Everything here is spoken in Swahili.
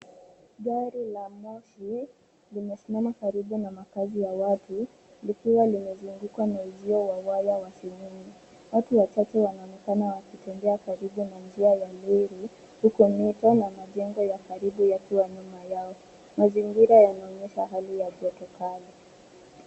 Gari la moshi limesimama karibu na makaazi ya watu likiwa limezungukwa na uzio wa waya wa seng'enge. Waru wachache wanaonekana wakitembea karibu na njia ya reli huku mito na majengo ya karibu yakiwa nyuma yao. Mazingira yanaonyesha hali ya joto kali.